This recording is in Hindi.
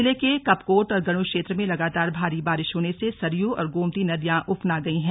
जिले के कपकोट और गरूड़ क्षेत्र में लगातार भारी बारिश होने से सरयू और गोमती नदियां उफना गई हैं